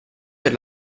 per